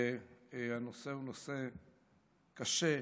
שהנושא הוא נושא קשה,